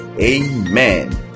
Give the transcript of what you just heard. amen